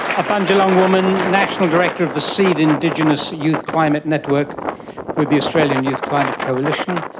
a bundjalung woman, national director of the seed indigenous youth climate network with the australian youth climate coalition.